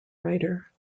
writer